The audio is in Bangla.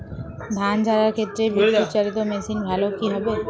ধান ঝারার ক্ষেত্রে বিদুৎচালীত মেশিন ভালো কি হবে?